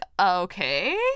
okay